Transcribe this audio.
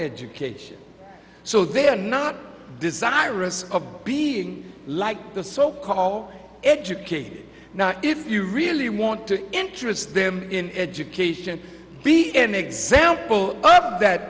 education so they're not desirous of being like the so called educated now if you really want to interest them in education be an example of that